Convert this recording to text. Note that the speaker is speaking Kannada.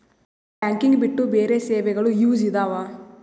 ಬ್ಯಾಂಕಿಂಗ್ ಬಿಟ್ಟು ಬೇರೆ ಸೇವೆಗಳು ಯೂಸ್ ಇದಾವ?